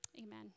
Amen